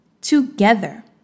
together